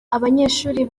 abanyeshuri